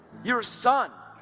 you're a son!